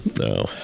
No